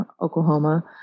Oklahoma